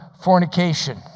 fornication